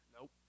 Nope